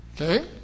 Okay